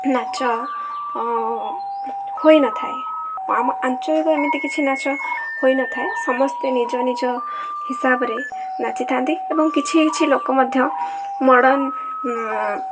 ନାଚ ହୋଇନଥାଏ ଆମ ଆଞ୍ଚଳିକ ଏମିତି କିଛି ନାଚ ହୋଇନଥାଏ ସମସ୍ତେ ନିଜ ନିଜ ହିସାବରେ ନାଚିଥାନ୍ତି ଏବଂ କିଛି କିଛି ଲୋକ ମଧ୍ୟ ମଡ଼ର୍ନ